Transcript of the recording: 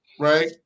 right